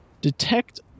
Detect